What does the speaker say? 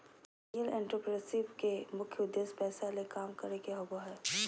millennial entrepreneurship के मुख्य उद्देश्य पैसा ले काम करे के होबो हय